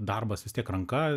darbas vis tiek ranka